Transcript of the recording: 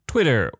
Twitter